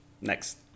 next